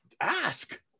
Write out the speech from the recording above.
ask